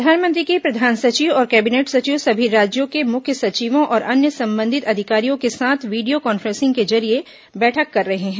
प्रधानमंत्री के प्रधान सचिव और कैबिनेट सचिव सभी राज्यों के मुख्य सचिवों और अन्य संबंधित अधिकारियों के साथ वीडियो कांफ्रेंस के जरिए बैठक कर रहे हैं